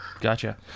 Gotcha